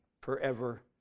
forever